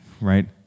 right